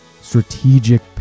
strategic